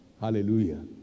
Hallelujah